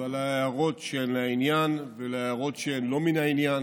ועל ההערות שהן לעניין ועל ההערות שהן לא מן העניין,